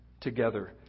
together